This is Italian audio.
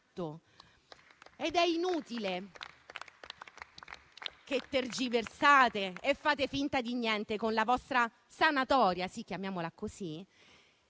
È inutile che tergiversate e fate finta di niente. Con la vostra sanatoria - sì, chiamiamola così